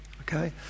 Okay